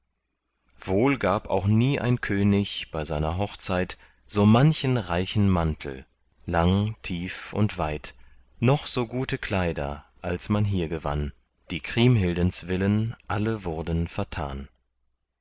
wohl gab auch nie ein könig bei seiner hochzeit so manchen reichen mantel lang tief und weit noch so gute kleider als man hier gewann die kriemhildens willen alle wurden vertan